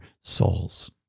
souls